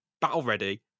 battle-ready